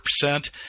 percent